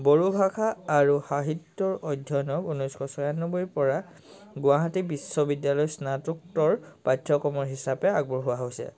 বড়োভাষা আৰু সাহিত্যৰ অধ্যয়নক ঊনৈছশ ছয়ান্নবৈৰপৰা গুৱাহাটী বিশ্ববিদ্যালয় স্নাতকোত্তৰ পাঠ্যক্ৰম হিচাপে আগবঢ়োৱা হৈছে